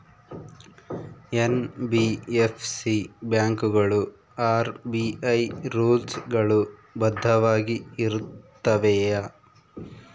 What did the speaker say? NBFC ಬ್ಯಾಂಕುಗಳು RBI rules ಗಳು ಬದ್ಧವಾಗಿ ಇರುತ್ತವೆಯ?